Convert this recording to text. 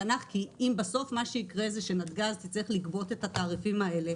אם בסוף מה שיקרה זה שנתג"ז תצטרך לגבות את התעריפים האלה